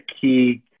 key